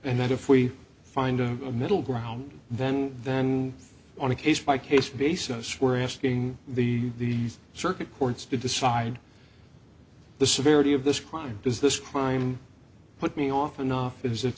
and that if we find a middle ground then then on a case by case basis we're asking the the circuit courts to decide the severity of this crime does this crime put me off enough is it